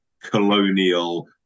Colonial